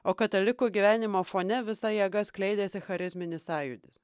o katalikų gyvenimo fone visa jėga skleidėsi charizminis sąjūdis